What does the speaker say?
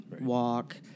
walk